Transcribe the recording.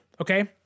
okay